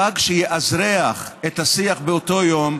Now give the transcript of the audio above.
חג שיאזרח את השיח באותו יום,